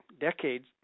decades